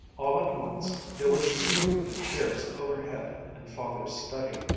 all at once, there was a scraping of chairs overhead in father's study,